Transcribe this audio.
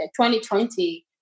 2020